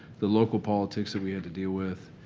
the local politics that we had to deal with.